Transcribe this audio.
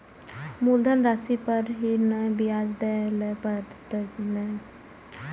मुलधन राशि पर ही नै ब्याज दै लै परतें ने?